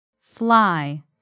Fly